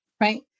right